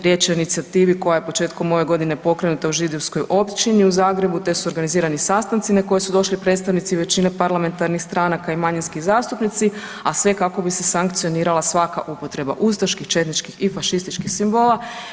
Riječ je o inicijativi koja je ove godine pokrenuta u židovskoj općini u Zagrebu, te su organizirani sastanci na koje su došli predstavnici većine parlamentarnih stranaka i manjinski zastupnici, a sve kako bi se sankcionirala svaka upotreba ustaških, četničkih i fašističkih simbola.